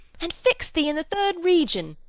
and fix'd thee in the third region,